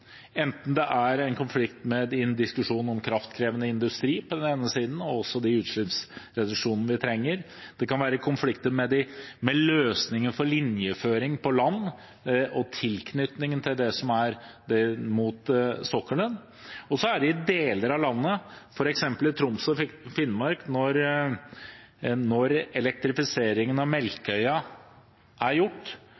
Det er en konflikt og en diskusjon om kraftkrevende industri og de utslippsreduksjonene vi trenger. Det kan være konflikter om løsninger for linjeføring på land og tilknytningen mot sokkelen. I deler av landet, f.eks. i Troms og Finnmark, er det slik at når elektrifiseringen av Melkøya er gjort, er det lite overskudd igjen for nye kraft fra land-prosjekter i